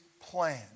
plan